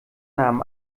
nahm